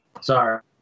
Sorry